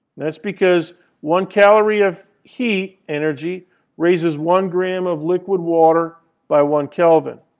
that's because one calorie of heat energy raises one gram of liquid water by one kelvin.